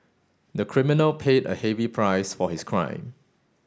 the criminal paid a heavy price for his crime